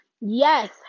Yes